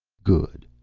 good.